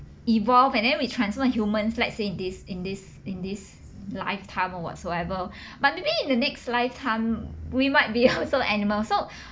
evolve and then we transform in humans let's say in this in this in this lifetime or whatsoever but maybe in the next lifetime we might be also animals so